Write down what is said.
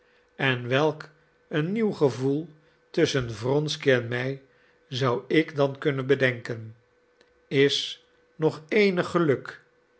en welk een nieuw gevoel tusschen wronsky en mij zou ik dan kunnen bedenken is nog eenig geluk neen